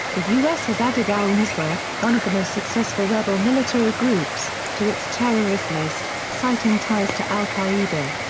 the u s. has added al-nusra one of the most successful rebel military groups to its terrorist list, citing ties to al-qaeda.